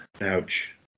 Ouch